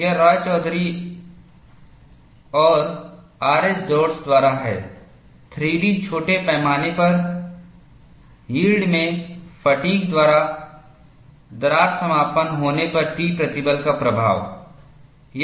यह रॉयचौधरी और RH Dodds H Dodds द्वारा है 3D छोटे पैमाने पर यील्ड में फ़ैटिग् दरार समापन होने पर T प्रतिबल का प्रभाव '